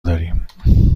داریم